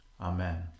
Amen